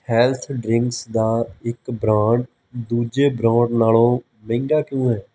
health drinks ਦਾ ਇੱਕ brand ਦੂਜੇ ਬ੍ਰਾਂਡ ਨਾਲੋਂ ਬਹੁਤ ਮਹਿੰਗਾ ਕਿਉਂ ਹੈ